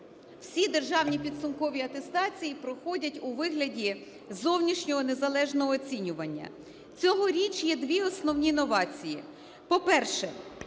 Всі державні підсумкові атестації проходять у вигляді зовнішнього незалежного оцінювання. Цьогоріч є дві основні новації. По-перше,